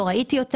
לא ראיתי אותה,